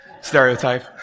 stereotype